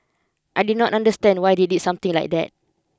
I did not understand why did they something like that